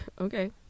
okay